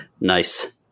Nice